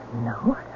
No